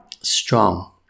strong